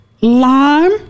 lime